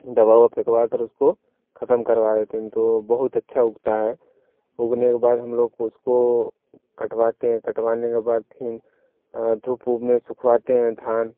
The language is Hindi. दवा उवा फेकवा कर उसको खतम करवा देते हैं तो बहुत अच्छा उगता है उगने के बाद हम लोग उसको कटवाते हैं कटवाने के बाद फिर धूप उप में सुखवाते हैं धान